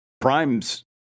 Prime's